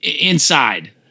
inside